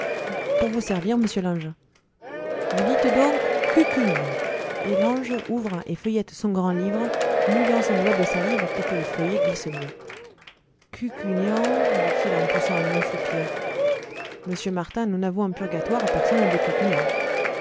pour vous servir monsieur l'ange vous dites donc cucugnan et l'ange ouvre et feuillette son grand livre mouillant son doigt de salive pour que le feuillet glisse mieux cucugnan dit-il en poussant un long soupir monsieur martin nous n'avons en purgatoire personne de